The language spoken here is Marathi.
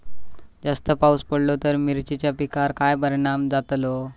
जास्त पाऊस पडलो तर मिरचीच्या पिकार काय परणाम जतालो?